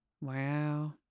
Wow